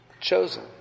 chosen